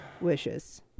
wishes